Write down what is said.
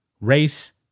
race